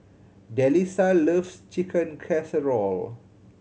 Delisa loves Chicken Casserole